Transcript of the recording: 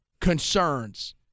concerns